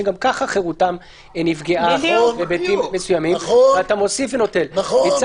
שגם ככה חירותם נפגעה בהיבטים מסוימים ואתה מוסיף ונותן.